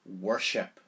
worship